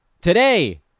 Today